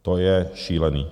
To je šílené.